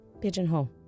Pigeonhole